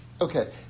Okay